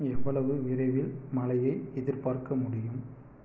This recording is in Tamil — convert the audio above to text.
எவ்வளவு விரைவில் மழையை எதிர்பார்க்க முடியும்